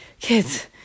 kids